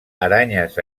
aranyes